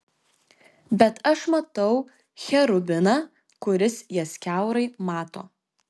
bet aš matau cherubiną kuris jas kiaurai mato